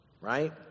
right